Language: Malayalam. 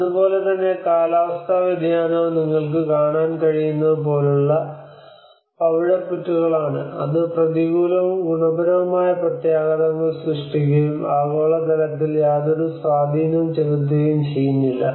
അതുപോലെ തന്നെ കാലാവസ്ഥാ വ്യതിയാനവും നിങ്ങൾക്ക് കാണാൻ കഴിയുന്നതുപോലുള്ള പവിഴപ്പുറ്റുകളാണ് അത് പ്രതികൂലവും ഗുണപരവുമായ പ്രത്യാഘാതങ്ങൾ സൃഷ്ടിക്കുകയും ആഗോള തലത്തിൽ യാതൊരു സ്വാധീനവും ചെലുത്തുകയും ചെയ്യുന്നില്ല